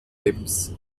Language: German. ems